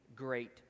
Great